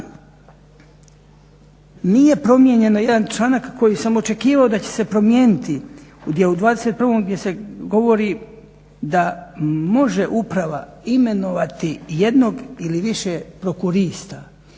nije promijenjen jedan članak koji sam očekivao da će se promijeniti u djelu 21.gdje se govori da može uprava imenovati jednog ili više prokurista